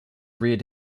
reared